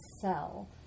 sell